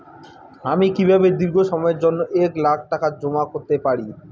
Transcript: আমি কিভাবে দীর্ঘ সময়ের জন্য এক লাখ টাকা জমা করতে পারি?